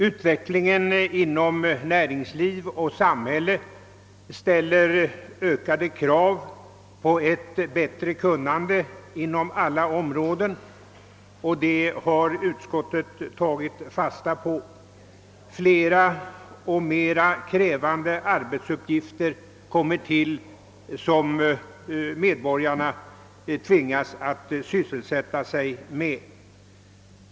Utvecklingen inom näringsliv och samhälle ställer ökade krav på kunnande inom alla områden, och det har utskottet tagit fasta på. Medborgarna tvingas att syssla med allt flera och mera krävande arbetsuppgifter.